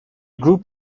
group